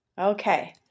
Okay